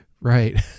Right